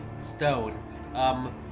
stone